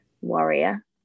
warrior